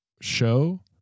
show